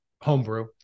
homebrew